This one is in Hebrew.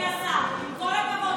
אבל אדוני השר, עם כל הכבוד להתאחדות,